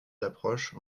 d’approche